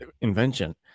invention